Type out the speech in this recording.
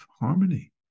harmony